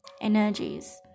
energies